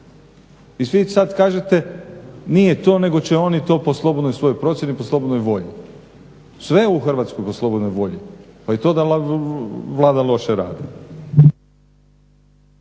I vi sad kažete nije to nego će oni to po slobodnoj svojoj procjeni, po slobodnoj volji. Sve je u Hrvatskoj po slobodnoj volji pa i to da Vlada loše radi.